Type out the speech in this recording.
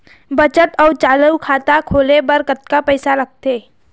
बचत अऊ चालू खाता खोले बर कतका पैसा लगथे?